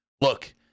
look